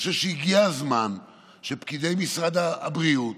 אני חושב שהגיע הזמן שפקידי משרד הבריאות